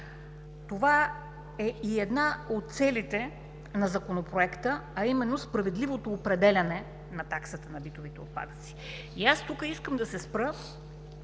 Това е и една от целите на Законопроекта, а именно справедливото определяне на таксата за битовите отпадъци. И аз тук искам да се спра